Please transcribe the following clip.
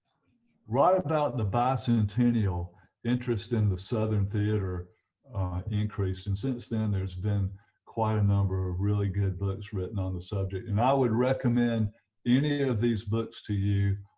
about the bicentennial interest in the southern theater increase and since then there's been quite a number of really good books written on the subject and i would recommend any of these books to you,